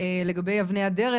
לגבי אבני הדרך.